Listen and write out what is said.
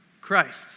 Christ